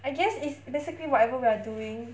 I guess it's basically whatever we are doing